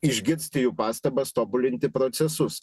išgirsti jų pastabas tobulinti procesus